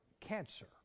cancer